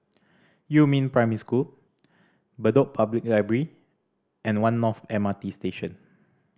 Yumin Primary School Bedok Public Library and One North M R T Station